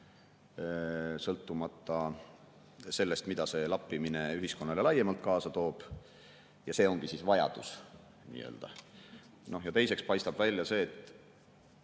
sõltumata sellest, mida see lappimine ühiskonnale laiemalt kaasa toob. See ongi siis nii-öelda vajadus. Ja teiseks paistab välja see, et